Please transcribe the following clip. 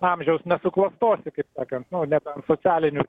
amžiaus nusuklastosi kaip sakant nu net socialiniu